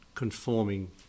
conforming